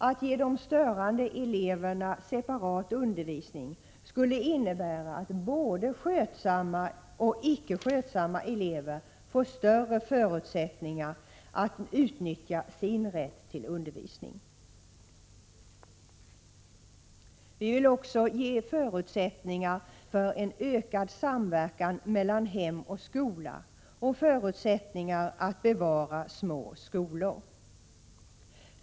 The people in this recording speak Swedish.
Att ge de störande eleverna separat undervisning skulle innebära att både skötsamma och icke skötsamma elever får större förutsättningar att utnyttja sin rätt till undervisning. Vi vill också ge förutsättningar för en ökad samverkan mellan hem och skola och för att bevara små skolor.